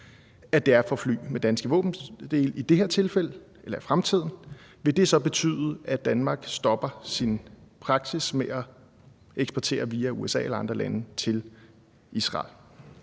det er fra fly med danske våbendele i det her tilfælde eller i fremtiden, vil det så betyde, at Danmark stopper sin praksis med at eksportere til Israel via USA eller andre lande? Kl.